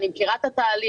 אני מכירה את התהליך.